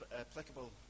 applicable